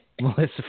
Melissa